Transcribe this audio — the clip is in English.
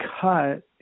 cut